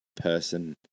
person